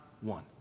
one